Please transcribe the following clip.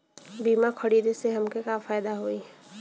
बीमा खरीदे से हमके का फायदा होई?